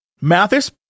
Mathis